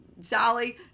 Sally